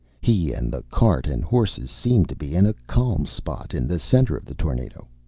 he and the cart and horses seemed to be in a calm spot in the center of the tornado.